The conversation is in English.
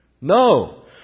No